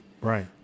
Right